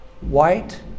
white